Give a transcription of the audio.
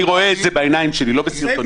אני רואה את זה בעיניים שלי, לא בסרטונים.